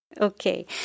Okay